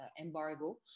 embargo